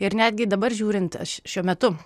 ir netgi dabar žiūrint aš šiuo metu